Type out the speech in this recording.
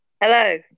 Hello